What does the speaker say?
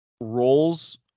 roles